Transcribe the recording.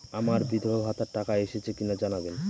আমার বিধবাভাতার টাকা এসেছে কিনা জানাবেন?